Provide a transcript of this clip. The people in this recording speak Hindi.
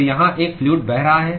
तो यहाँ एक फ्लूअड बह रहा है